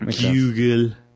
Google